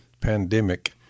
pandemic